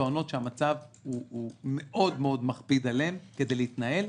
טוענות שהמצב הוא מאוד-מאוד מכביד עליהן כדי להתנהל,